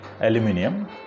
aluminium